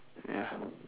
ya